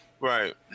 Right